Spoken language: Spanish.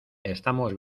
estamos